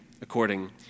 according